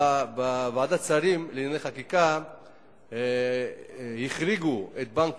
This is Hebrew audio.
ובוועדת שרים לענייני חקיקה החריגו את בנק